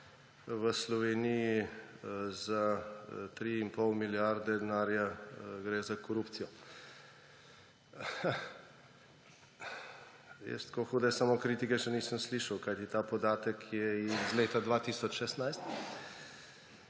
v Sloveniji za 3,5 milijarde denarja…, gre za korupcijo. Jaz tako hude samokritike še nisem slišal, kajti ta podatek je iz leta 2016.